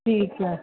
ठीकु आहे